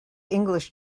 english